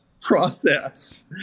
process